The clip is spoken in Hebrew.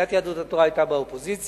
סיעת יהדות התורה היתה באופוזיציה,